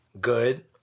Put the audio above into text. good